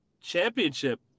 championship